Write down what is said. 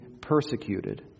persecuted